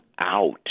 out